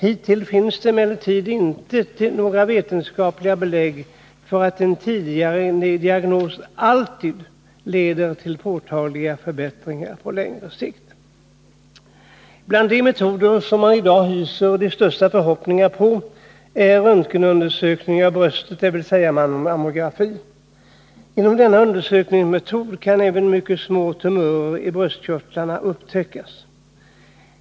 Hittills har det emellertid inte givits några vetenskapliga belägg för att en tidigare diagnos alltid leder till påtägliga förbättringar på längre sikt. Bland de metoder som man i dag hyser de största förhoppningarna om finns röntgenundersökning av brösten, s.k. mammografi. Genom denna undersökningsmetod kan även mycket små tumörer i bröstkörtlarna upptäckas.